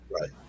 Right